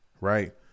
right